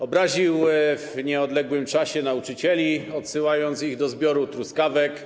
Obraził on w nieodległym czasie nauczycieli, odsyłając ich do zbioru truskawek.